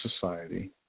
society